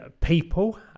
people